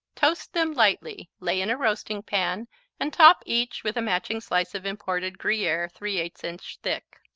toast them lightly, lay in a roasting pan and top each with a matching slice of imported gruyere three eight inch thick.